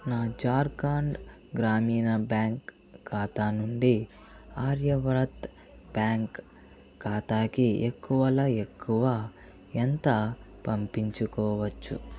నా ఝార్ఖండ్ గ్రామీణ బ్యాంక్ ఖాతా నుండి ఆర్యవ్రత్ బ్యాంక్ ఖాతాకి ఎక్కువలో ఎక్కువ ఎంత పంపించుకోవచ్చు